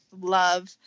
love